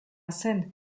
zen